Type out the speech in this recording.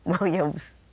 Williams